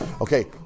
Okay